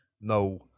no